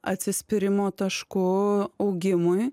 atsispyrimo tašku augimui